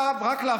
עכשיו, רק לאחרונה,